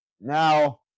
Now